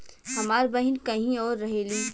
हमार बहिन कहीं और रहेली